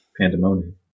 Pandemonium